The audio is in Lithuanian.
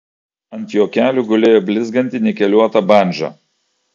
ant jo kelių gulėjo blizganti nikeliuota bandža